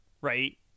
right